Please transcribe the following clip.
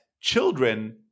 children